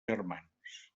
germans